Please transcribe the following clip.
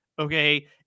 Okay